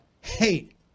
hate